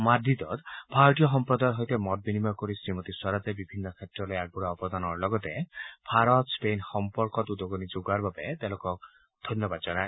মাদ্ৰিদত ভাৰতীয় সম্প্ৰদায়ৰ সৈতে মত বিনিময় কৰি শ্ৰীমতী স্বৰাজে বিভিন্ন ক্ষেত্ৰলৈ আগবঢ়োৱা অৱদানৰ লগতে ভাৰত স্পেইন সম্পৰ্কত উদগণি যোগোৱাৰ বাবে তেওঁলোকক ধন্যবাদ জনায়